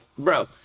Bro